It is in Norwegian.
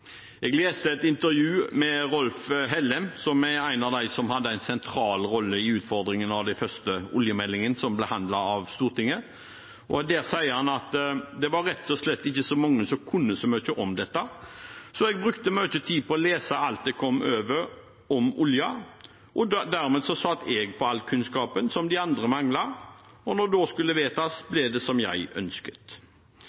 Jeg leste et intervju med Rolf Hellem, som er en av de som hadde en sentral rolle i utformingen av den første oljemeldingen som ble behandlet av Stortinget, og der sier han: «Det var rett og slett ikke så mange som kunne så mye om dette. Så jeg brukte mye tid på å lese alt jeg kom over om olje. Dermed satt jeg på all kunnskapen som de andre manglet. Og når det skulle vedtas